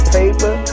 paper